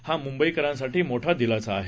हा मुंबईकरांसाठी मोठा दिलासा आहे